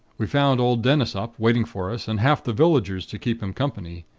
we found old dennis up, waiting for us, and half the villagers to keep him company.